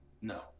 No